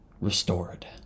restored